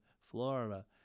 Florida